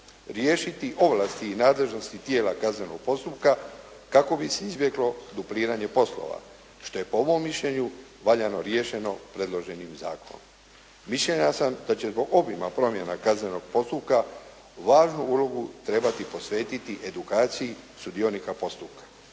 riješiti ovlasti i nadležnosti tijela kaznenog postupka kako bi se izbjeglo dupliranje poslova što je po mom mišljenju valjano riješeno predloženim zakonom. Mišljenja sam da će zbog obima promjena kaznenog postupka važnu ulogu trebati posvetiti edukaciji sudionika postupka.